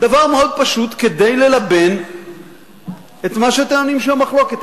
דבר מאוד פשוט, כדי ללבן את מה שטוענים שבמחלוקת.